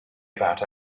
about